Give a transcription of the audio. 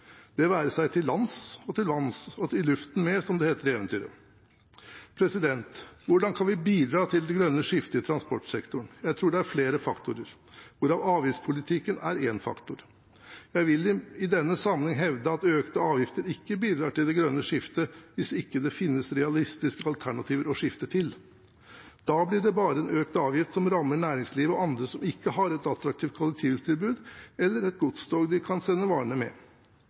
det være seg til lands eller til vanns – og i luften med, som det heter i eventyret. Hvordan kan vi bidra til det grønne skiftet i transportsektoren? Jeg tror det er flere faktorer, hvorav avgiftspolitikken er én. Jeg vil i denne sammenheng hevde at økte avgifter ikke bidrar til det grønne skiftet hvis ikke det finnes realistiske alternativer å skifte til. Da blir det bare en økt avgift som rammer næringslivet og andre som ikke har et attraktivt kollektivtilbud eller et godstog de kan sende varene med.